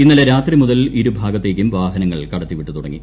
ഇന്നലെ രാത്രി മുതൽ ഇരുഭാഗത്തേക്കും വാഹനങ്ങൾ കടത്തിവിട്ടു തുടങ്ങി